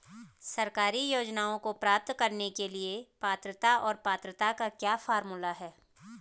सरकारी योजनाओं को प्राप्त करने के लिए पात्रता और पात्रता का क्या फार्मूला है?